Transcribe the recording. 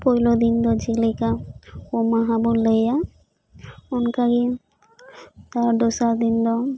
ᱯᱩᱭᱞᱩ ᱫᱤᱱ ᱫᱚ ᱡᱮᱞᱮᱠᱟ ᱩᱢ ᱢᱟᱦᱟ ᱵᱩᱱ ᱞᱟᱹᱭᱼᱟ ᱚᱱᱠᱟᱜᱤ ᱛᱟᱨ ᱫᱚᱥᱟᱨ ᱫᱤᱱ ᱫᱚ